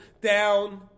down